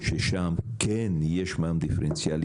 ששם כן יש מע"מ דיפרנציאלי,